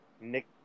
Nick